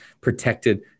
protected